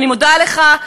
אני מודה לך,